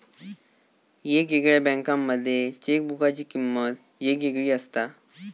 येगयेगळ्या बँकांमध्ये चेकबुकाची किमंत येगयेगळी असता